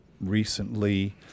recently